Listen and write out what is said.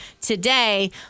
today